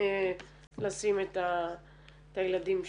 לשים את הילדים שלהן.